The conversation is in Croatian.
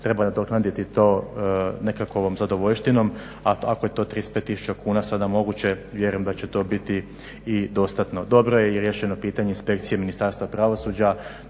treba nadoknaditi to nekakovom zadovoljštinom, a ako je to 35000 kuna sada moguće vjerujem da će to biti i dostatno. Dobro je i riješeno pitanje inspekcije Ministarstva pravosuđa